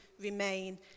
remain